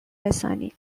رسانی